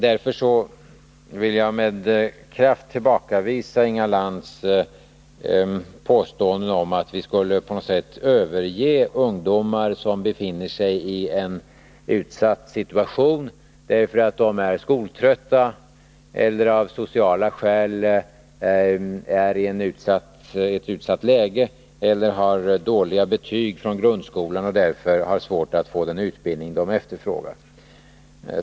Därför vill jag med kraft tillbakavisa Inga Lantz påstående om att vi på något sätt skulle överge ungdomar som befinner sig i en svår situation, därför att de är skoltrötta, därför att de av sociala skäl befinner sig i ett utsatt läge eller därför att de har dåliga betyg från grundskolan och därför inte kan få den utbildning de efterfrågar.